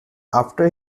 after